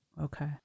Okay